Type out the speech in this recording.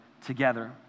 together